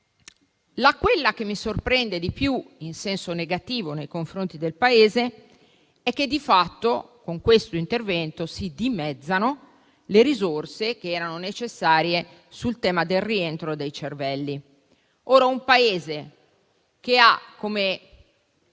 quella che mi sorprende di più in senso negativo nei confronti del Paese è che di fatto, con questo intervento, si dimezzano le risorse che erano necessarie sul tema del rientro dei cervelli. In un Paese che ha il